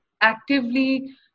actively